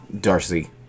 Darcy